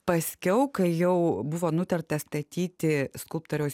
paskiau kai jau buvo nutarta statyti skulptoriaus